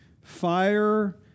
fire